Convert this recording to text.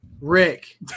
Rick